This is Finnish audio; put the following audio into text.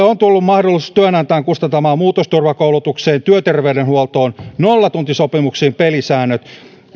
on tullut mahdollisuus työnantajan kustantamaan muutosturvakoulutukseen työterveydenhuoltoon nollatuntisopimuksiin pelisäännöt